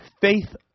faith